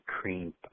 cream